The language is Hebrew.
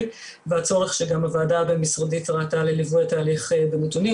והצורך שגם הוועדה הבין משרדית ראתה לליווי התהליך בנתונים.